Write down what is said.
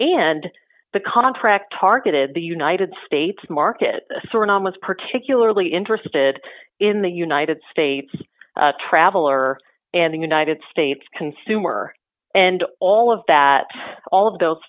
and the contract targeted the united states market soran was particularly interested in the united states traveler and the united states consumer and all of that all of those